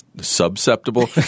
susceptible